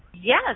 yes